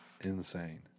insane